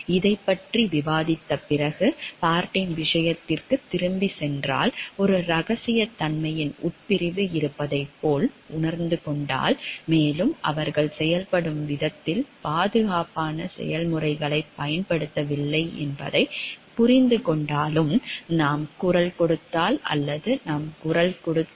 இதைப் பற்றி விவாதித்த பிறகு பார்ட்டின் விஷயத்திற்குத் திரும்பிச் சென்றால் ஒரு ரகசியத்தன்மையின் உட்பிரிவு இருப்பதைப் போலப் புரிந்துகொண்டால் மேலும் அவர்கள் செயல்படும் விதத்தில் பாதுகாப்பான செயல்முறைகளைப் பயன்படுத்தவில்லை என்பதைப் புரிந்துகொண்டாலும் நாம் குரல் கொடுத்தால் அல்லது நாம் குரல் கொடுக்கக்கூடாது